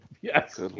Yes